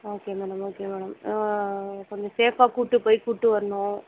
okay madam okay madam கொஞ்சம் சேஃபாக கூட்டு போயி கூட்டு வரணும்